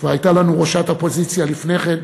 כבר הייתה לנו ראשת אופוזיציה לפני כן,